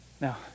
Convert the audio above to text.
Now